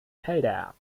felder